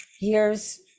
Years